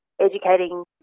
educating